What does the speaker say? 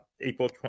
April